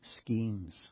schemes